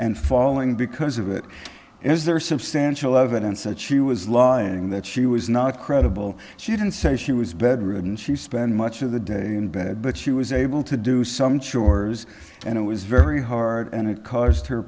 and falling because of it is there is substantial evidence that she was lawyering that she was not credible she didn't say she was bedridden she spent much of the day in bed but she was able to do some chores and it was very hard and it caused her